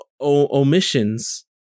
omissions